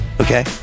Okay